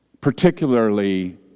particularly